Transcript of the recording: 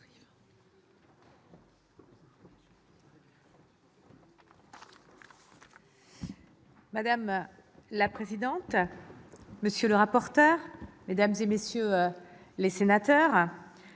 Madame la présidente, monsieur le rapporteur, mesdames, messieurs les sénateurs,